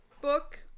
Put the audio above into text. book